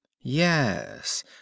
yes